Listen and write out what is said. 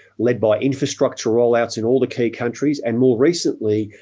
led by infrastructure rollouts in all the key countries, and more recently,